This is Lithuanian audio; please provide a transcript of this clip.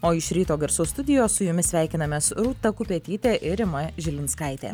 o iš ryto garsų studijos su jumis sveikinamės rūta kupetytė ir rima žilinskaitė